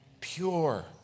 pure